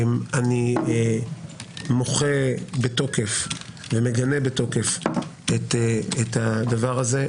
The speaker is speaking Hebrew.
אני מוחה בתוקף ומגנה בתוקף את הדבר הזה.